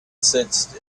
sensed